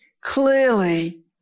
Clearly